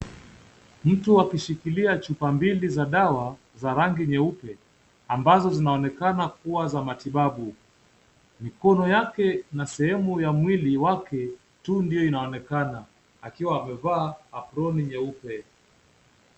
Mtu akishikilia chupa mbili za dawa za rangi nyeupe ambazo zinaonekana kuwa za matibabu. Mikono yake na sehemu ya mwili wake tu ndio inaonekana, akiwa amevaa aproni nyeupe.